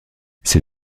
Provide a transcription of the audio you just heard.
ces